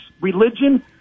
religion